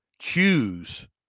choose